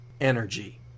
energy